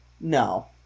no